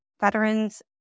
veterans